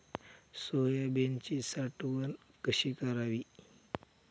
सोयाबीनची साठवण कशी करावी?